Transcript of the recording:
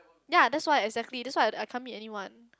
ya that's why exactly that's why I I can't meet anyone